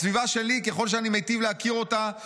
בסביבה שלי, ככל שאני מיטיב להכיר אותה,